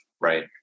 right